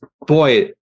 boy